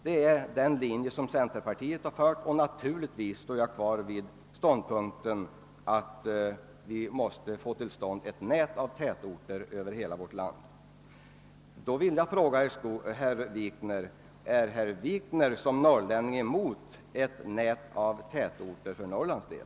Det är den linje som centerpartiet har drivit, och naturligtvis står jag kvar vid ståndpunkten att vi måste få till stånd ett nät av tätorter över hela vårt land. Jag vill då fråga herr Wikner: är herr Wikner som norrlänning emot ett nät av tätorter för Norrlands del?